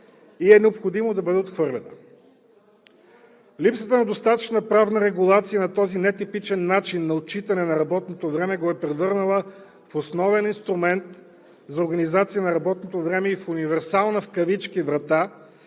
и е необходимо да бъде отхвърлена. Липсата на достатъчна правна регулация на този нетипичен начин на отчитане на работното време го е превърнала в основен инструмент за организация на работното време и в универсална в кавички врата,